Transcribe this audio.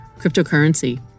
cryptocurrency